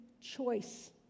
choice